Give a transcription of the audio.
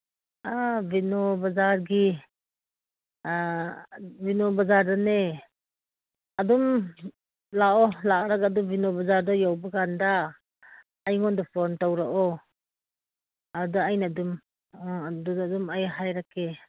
ꯑꯥ ꯕꯤꯅꯣ ꯕꯖꯥꯔꯒꯤ ꯕꯤꯅꯣ ꯕꯖꯥꯔꯗꯅꯦ ꯑꯗꯨꯝ ꯂꯥꯛꯑꯣ ꯂꯥꯛꯂꯒ ꯑꯗꯨ ꯕꯤꯅꯣ ꯕꯖꯥꯔꯗꯣ ꯌꯧꯕꯀꯥꯟꯗ ꯑꯩꯉꯣꯟꯗ ꯐꯣꯟ ꯇꯧꯔꯛꯑꯣ ꯑꯗꯨꯗ ꯑꯩꯅ ꯑꯗꯨꯝ ꯑꯗꯨꯗ ꯑꯩ ꯑꯗꯨꯝ ꯍꯥꯏꯔꯛꯀꯦ